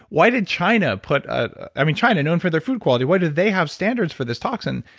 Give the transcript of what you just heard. why did china put, ah i mean china known for their food quality, why do they have standards for this toxin?